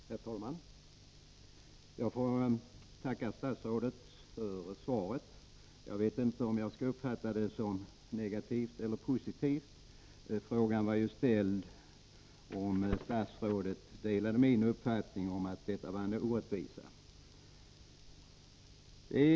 Herr talman! Jag får tacka statsrådet för svaret. Jag vet inte om jag skall uppfatta det som negativt eller positivt. Den ställda frågan var ju, om statsrådet delar min uppfattning att detta är en orättvisa.